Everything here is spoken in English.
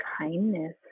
kindness